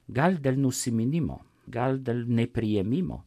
gal dėl nusiminimo gal dėl ne priėmimo